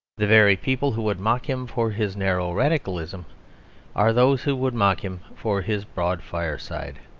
the very people who would mock him for his narrow radicalism are those who would mock him for his broad fireside.